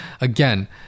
again